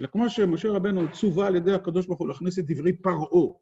אלא כמו שמשה רבנו צווה על ידי הקב"ה להכניס את דברי פרעה.